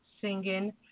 singing